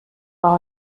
war